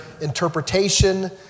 interpretation